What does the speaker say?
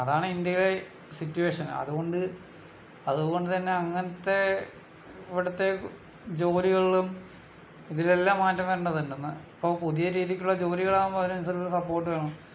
അതാണ് ഇന്ത്യയിലെ സിറ്റുവേഷൻ അതുകൊണ്ട് അതുകൊണ്ട്തന്നെ അങ്ങനത്തെ ഇവിടുത്തെ ജോലികളിലും ഇതിലെല്ലാം മാറ്റം വരേണ്ടതുണ്ട് ഇപ്പോൾ പുതിയ രീതിക്കുള്ള ജോലികളാവുമ്പോൾ അതിനനുസരിച്ചുള്ള സപ്പോർട്ട് വേണം